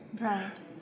Right